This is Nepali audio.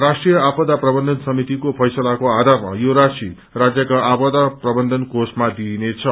राष्ट्रीय आपदा प्रबन्यन समितिको फैसलाको आधारमा यो राशि राज्यका आपदा प्रबन्धन कोषमा दिइनेछ